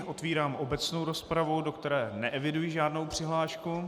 Otvírám obecnou rozpravu, do které neeviduji žádnou přihlášku.